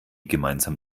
gemeinsam